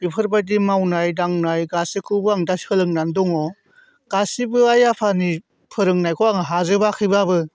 बेफोरबादि मावनाय दांनाय गासैखौबो आं दा सोलोंनानै दङ गासिबो आइ आफानि फोरोंनायखौ आं हाजोबाखैब्लाबो